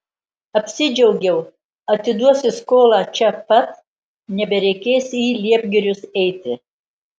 apsidžiaugiau atiduosiu skolą čia pat nebereikės į liepgirius eiti